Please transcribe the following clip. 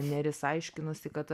nėris aiškinosi kad